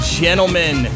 gentlemen